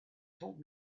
taught